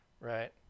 right